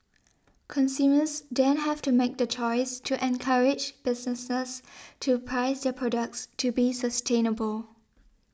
consumers then have to make the choice to encourage businesses to price their products to be sustainable